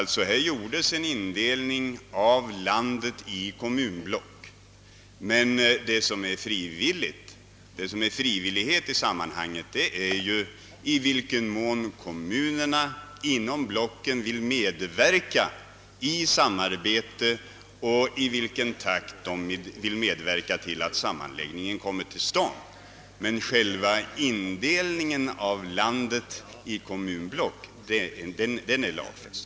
Landet indelades alltså i kommunblock, men vad som är frivilligt i sammanhanget är i vilken mån kommunerna inom blocken vill medverka i samarbetet och i vilken takt de vill medverka till att sammanläggningen kommer till stånd. Men själva indelningen av landet i kommunblock är lagfäst.